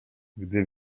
gdy